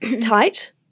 tight